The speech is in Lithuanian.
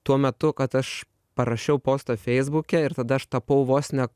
tuo metu kad aš parašiau postą feisbuke ir tada aš tapau vos ne